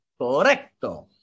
Correcto